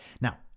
Now